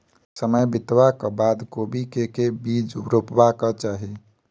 समय बितबाक बाद कोबी केँ के बीज रोपबाक चाहि?